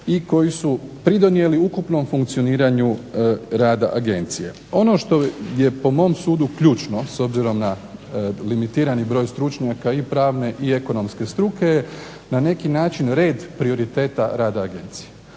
i koji su pridonijeli ukupnom funkcioniranju rada agencije. Ono što je po mom sudu ključno s obzirom na limitirani broj stručnjaka i pravne i ekonomske struke je na neki način red prioriteta rada agencije.